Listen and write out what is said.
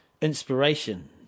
Inspiration